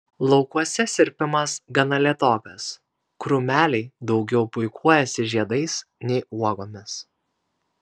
laukuose sirpimas gana lėtokas krūmeliai daugiau puikuojasi žiedais nei uogomis